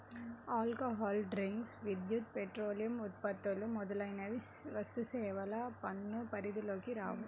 alcohol drinks, విద్యుత్, పెట్రోలియం ఉత్పత్తులు మొదలైనవి వస్తుసేవల పన్ను పరిధిలోకి రావు